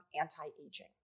anti-aging